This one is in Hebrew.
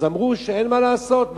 אז אמרו שאין מה לעשות,